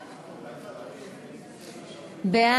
ו-2016), התשע"ה 2015, נתקבלה.